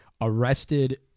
arrested